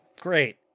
Great